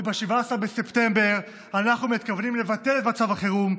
וב-17 בספטמבר אנחנו מתכוונים לבטל את מצב החירום,